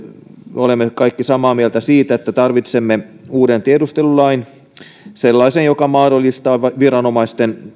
me olemme kaikki samaa mieltä siitä että tarvitsemme uuden tiedustelulain sellaisen joka mahdollistaa viranomaisten